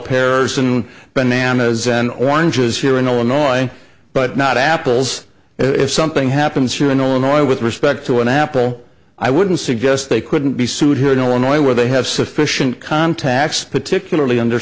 paris and bananas and oranges here in illinois but not apples if something happens here in illinois with respect to an apple i wouldn't suggest they couldn't be sued here in illinois where they have sufficient contacts particularly under